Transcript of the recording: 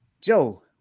Joe